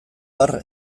har